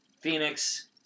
Phoenix